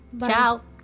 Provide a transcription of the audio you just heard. Ciao